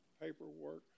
paperwork